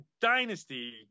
Dynasty